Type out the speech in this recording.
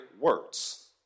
words